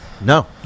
No